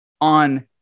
on